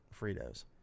Fritos